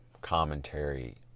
commentary